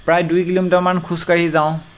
প্ৰায় দুই কিলোমিটাৰমান খোজ কাঢ়ি যাওঁ